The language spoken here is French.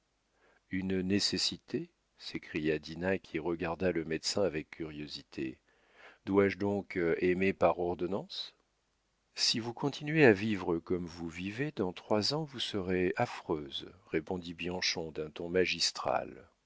une nécessité s'écria dinah qui regarda le médecin avec curiosité dois-je donc aimer par ordonnance si vous continuez à vivre comme vous vivez dans trois ans vous serez affreuse répondit bianchon d'un ton magistral